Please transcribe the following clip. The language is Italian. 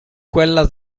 quella